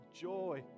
joy